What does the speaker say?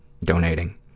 donating